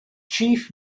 chief